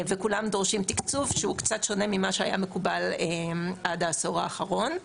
כולם דורשים תקצוב שהוא קצת שונה ממה שהיה מקובל עד העשור האחרון.